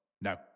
No